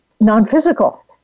non-physical